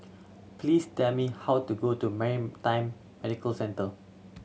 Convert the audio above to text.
please tell me how to go to Maritime Medical Centre